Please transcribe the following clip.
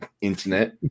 Internet